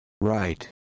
Right